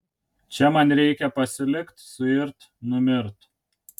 čia man reikia pasilikt suirt numirt